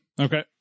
Okay